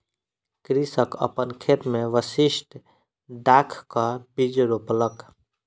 कृषक अपन खेत मे विशिष्ठ दाखक बीज रोपलक